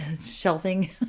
shelving